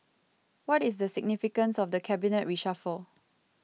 what is the significance of the cabinet reshuffle